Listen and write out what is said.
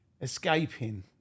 escaping